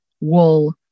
wool